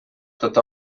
tot